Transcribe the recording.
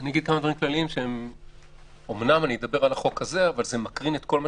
אני אדבר על החוק הזה אבל זה מקרין על כל מה